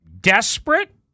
desperate